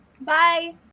bye